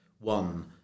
one